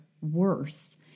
worse